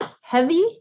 heavy